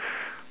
maybe